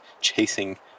chasing